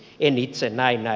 en itse näin näe